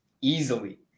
easily